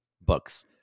books